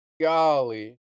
golly